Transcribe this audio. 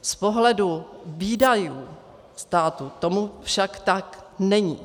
Z pohledu výdajů státu tomu však tak není.